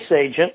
agent